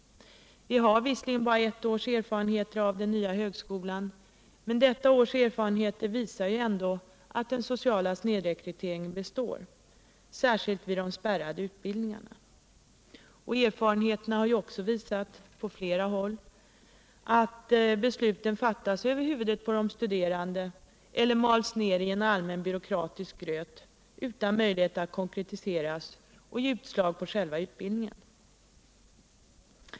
Vi har visserligen bara ett års erfarenhet av den nya högskolan, men detta år visar ändå att den sociala snedrekryteringen består, särskilt vid de spärrade utbildningarna. Erfarenheterna har också på flera håll visat alt besluten fattas över huvudet på de studerande eller mals ner i en allmän byråkratisk gröt utan möjlighet att konkretiseras och ge utslag på själva utbildningen.